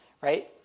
right